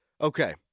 Okay